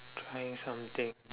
try something